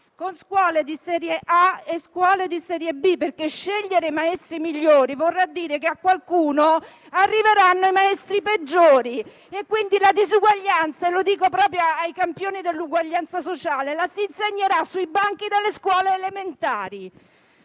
con scuole di serie A e scuole di serie B. Infatti, scegliere maestri migliori vorrà dire che a qualcuno arriveranno i maestri peggiori e quindi la disuguaglianza - e lo dico proprio ai campioni dell'uguaglianza sociale - verrà insegnata sui banchi delle scuole elementari.